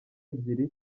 ebyiri